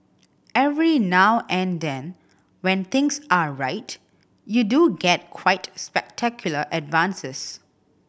every now and then when things are right you do get quite spectacular advances